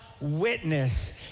witness